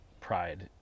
pride